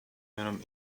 genom